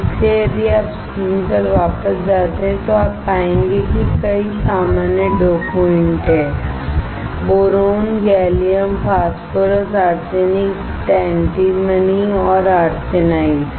इसलिए यदि आप स्क्रीन पर वापस जाते हैं तो आप पाएंगे कि कई सामान्य डोपेंट हैं boron gallium phosphorus arsenic antimony और आर्सेनाइड